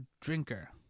drinker